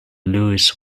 lewis